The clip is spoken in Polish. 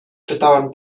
czytałem